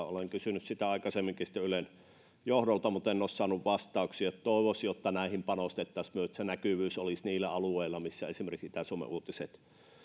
olen kysynyt tästä aikaisemminkin ylen johdolta mutta en ole saanut vastauksia toivoisi että näihin panostettaisi myös että se näkyvyys olisi niillä alueilla missä esimerkiksi itä suomen uutiset